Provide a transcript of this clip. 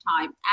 time